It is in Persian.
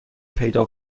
پیدا